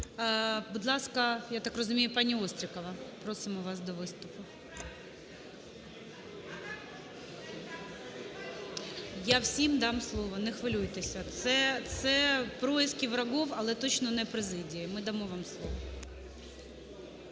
Будь ласка, я так розумію, пані Острікова. Просимо вас до виступу. Я всім дам слово, не хвилюйтеся. Це происки врагов, але точно не президії. Ми дамо вам слово.